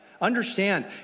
Understand